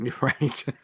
Right